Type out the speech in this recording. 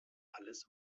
alles